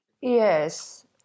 yes